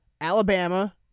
Alabama